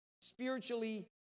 spiritually